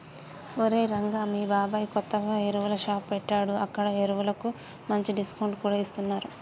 ఒరేయ్ రంగా మీ బాబాయ్ కొత్తగా ఎరువుల షాప్ పెట్టాడు అక్కడ ఎరువులకు మంచి డిస్కౌంట్ కూడా ఇస్తున్నరు